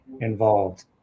involved